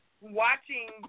Watching